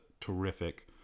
terrific